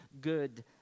good